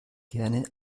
gerne